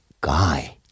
guy